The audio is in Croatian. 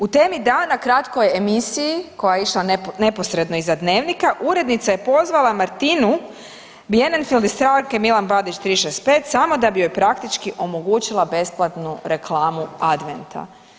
U Temi dana kratkoj emisiji koja je išla neposredno iza dnevnika urednica je pozvala Martinu Bienenfeld iz Stranke Milan Bandić 365 samo da bi joj praktički omogućila besplatnu reklamu Adventa.